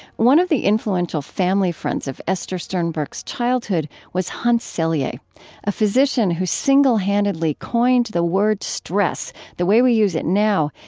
one of the influential family friends of esther sternberg's childhood was hans selye, a ah physician who single-handedly coined the word stress, the way we use it now,